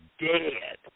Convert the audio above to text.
dead